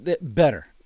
better